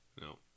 No